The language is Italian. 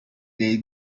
dei